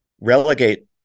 relegate